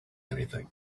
anything